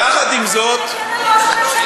יחד עם זאת, או עד שידיחו אותו.